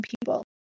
people